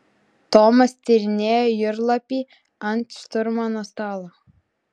tomas tyrinėjo jūrlapį ant šturmano stalo